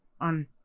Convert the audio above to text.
on